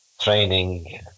training